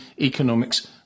economics